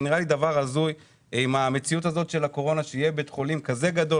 זה נראה לי הזוי עם המציאות של הקורונה שיהיה בית חולים כזה גדול